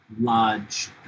large